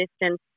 distance